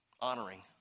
honoring